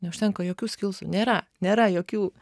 neužtenka jokių skilsų nėra nėra jokių